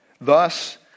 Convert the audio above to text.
Thus